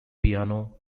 piano